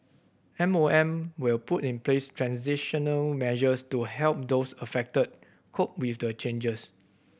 M O M will put in place transitional measures to help those affected cope with the changes